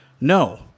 No